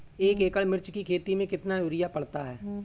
एक एकड़ मिर्च की खेती में कितना यूरिया पड़ता है?